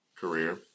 career